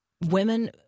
women